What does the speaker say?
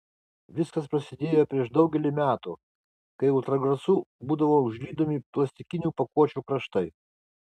viskas prasidėjo prieš daugelį metų kai ultragarsu būdavo užlydomi plastikinių pakuočių kraštai